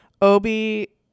obi